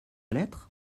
lettre